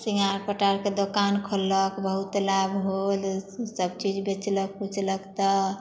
सिङ्गार पटारके दोकान खोललक बहुते लाभ होल सबचीज बेचलक उचलक तऽ